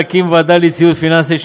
להקים ועדה ליציבות פיננסית,